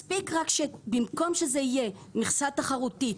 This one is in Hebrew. מספיק רק במקום שזה יהיה מכסה תחרותי,